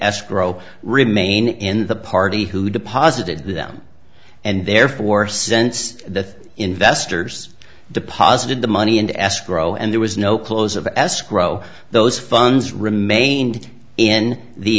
escrow remain in the party who deposited them and therefore sense that investors deposited the money into escrow and there was no close of escrow those funds remained in the